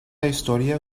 historia